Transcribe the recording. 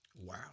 Wow